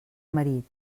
marit